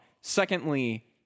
secondly